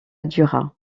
duras